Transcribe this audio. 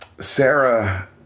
Sarah